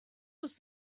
was